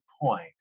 point